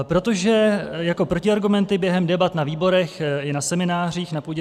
Protože jako protiargumenty během debat na výborech i na seminářích na půdě